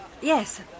yes